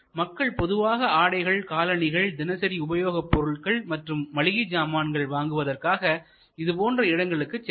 மக்கள் பொதுவாக ஆடைகள் காலணிகள் தினசரி உபயோகப் பொருட்கள் மற்றும் மளிகை சாமான்கள் வாங்குவதற்காக இதுபோன்ற இடங்களுக்குச் செல்வர்